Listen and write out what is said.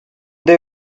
they